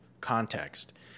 context